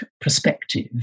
perspective